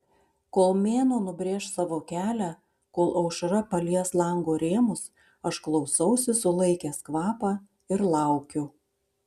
kol mėnuo nubrėš savo kelią kol aušra palies lango rėmus aš klausausi sulaikęs kvapą ir laukiu